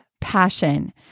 passion